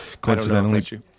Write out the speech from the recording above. coincidentally